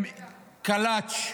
עם קָלאץ',